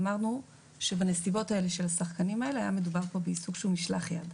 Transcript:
אמרנו שבנסיבות האלה של השחקנים האלה היה מדובר פה בעיסוק שהוא משלח יד.